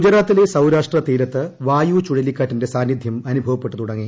ഗുജറാത്തിലെ സ്ഥ്രാർഷ്ട്ര തീരത്ത് വായു ചുഴലിക്കാറ്റിന്റെ ്സാന്നിദ്ധ്യം അനുഭവപ്പെട്ടു തുടങ്ങി